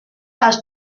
has